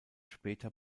später